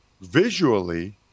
Visually